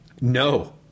No